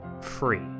free